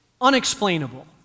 unexplainable